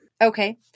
Okay